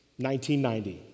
1990